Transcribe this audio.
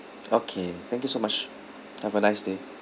okay thank you so much have a nice day